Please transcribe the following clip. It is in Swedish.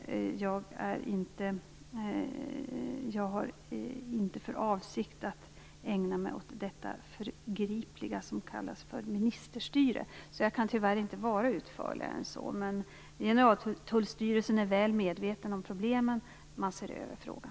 Jag har inte för avsikt att ägna mig åt detta förgripliga som kallas ministerstyre, så jag kan tyvärr inte vara utförligare än så. Men Generaltullstyrelsen är väl medveten om problemen och ser över frågan.